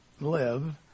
live